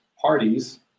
parties